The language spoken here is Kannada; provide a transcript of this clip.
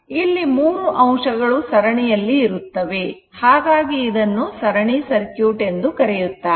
ಇಲ್ಲಿ ಮೂರು ಅಂಶಗಳು ಸರಣಿಯಲ್ಲಿ ಇರುತ್ತವೆ ಹಾಗಾಗಿ ಇದನ್ನು ಸರಣಿ ಸರ್ಕ್ಯೂಟ್ ಎಂದು ಕರೆಯುತ್ತಾರೆ